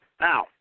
Now